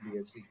BFC